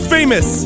famous